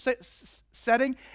setting